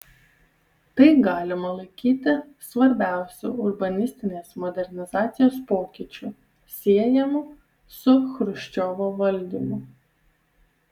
tai galima laikyti svarbiausiu urbanistinės modernizacijos pokyčiu siejamu su chruščiovo valdymu